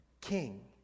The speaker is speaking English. king